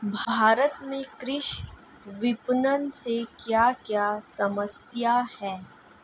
भारत में कृषि विपणन से क्या क्या समस्या हैं?